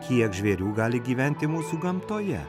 kiek žvėrių gali gyventi mūsų gamtoje